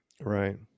right